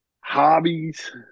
hobbies